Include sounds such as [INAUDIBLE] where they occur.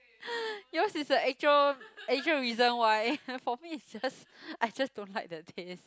[BREATH] yours is a actual actual reason why for me it's just I just don't like the taste